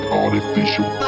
artificial